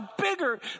bigger